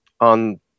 on